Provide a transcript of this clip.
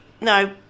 no